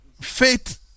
Faith